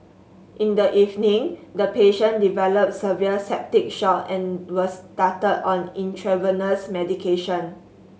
in the evening the patient developed severe septic shock and was started on intravenous medication